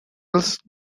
else